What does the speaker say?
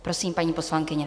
Prosím, paní poslankyně.